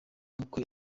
kuko